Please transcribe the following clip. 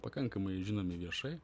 pakankamai žinomi viešai